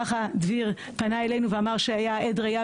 ככה דביר פנה אלינו ואמר שהיה עד ראייה